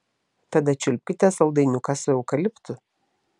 tada čiulpkite saldainiuką su eukaliptu